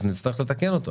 אז נצטרך לתקן אותו.